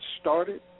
started